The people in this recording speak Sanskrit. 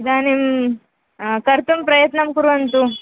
इदानीं कर्तुं प्रयत्नं कुर्वन्तु